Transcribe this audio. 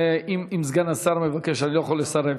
אם סגן השר מבקש, אני לא יכול לסרב.